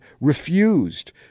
refused